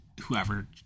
whoever